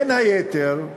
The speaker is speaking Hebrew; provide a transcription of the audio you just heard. בין היתר,